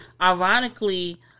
ironically